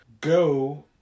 go